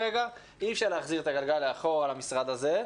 אי אפשר להחזיר את הגלגל לאחור למשרד הזה.